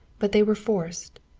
but they were forced.